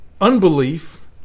unbelief